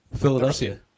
Philadelphia